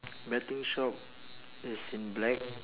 betting shop is in black